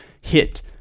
hit